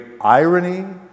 irony